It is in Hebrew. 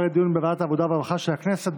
לדיון בוועדת העבודה והרווחה של הכנסת.